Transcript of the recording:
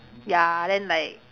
ya then like